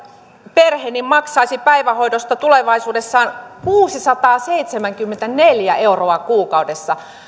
perhe maksaisi päivähoidosta tulevaisuudessa kuusisataaseitsemänkymmentäneljä euroa kuukaudessa